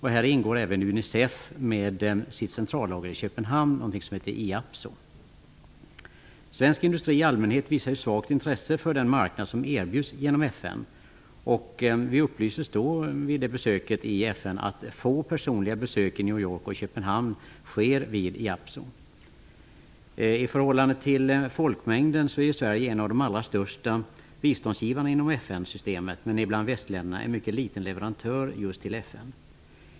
Här ingår även Svensk industri i allmänhet visar svagt intresse för den marknad som erbjuds genom FN. Vid mitt besök i FN upplystes det att få personliga besök i I förhållande till folkmängden är Sverige en av de allra största biståndsgivarna inom FN-systemet, men jämfört med andra västländer är Sverige en mycket liten leverantör till FN.